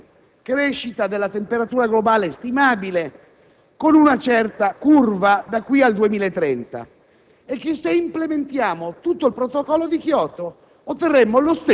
Qualche scienziato ha provato a valutare e ci sono degli straordinari grafici che indicano che, se non facessimo nulla,